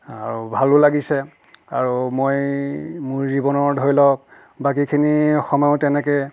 আৰু ভালো লাগিছে আৰু মই মোৰ জীৱনৰ ধৰি লওক বাকীখিনি সময়ো তেনেকৈ